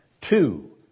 two